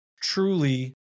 truly